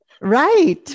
Right